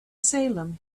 salem